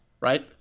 right